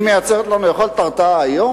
היא מייצרת לנו יכולת הרתעה היום,